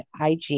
IG